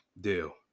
Deal